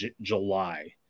July